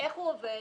איך הוא עובד,